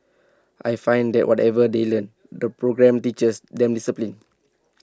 I find that whatever they learn the programme teaches them discipline